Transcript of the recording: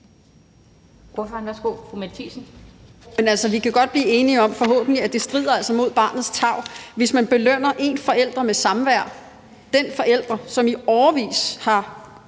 godt blive enige om, at det altså strider mod barnets tarv, hvis man belønner en forælder med samvær – den forælder, som i årevis har